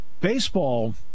Baseball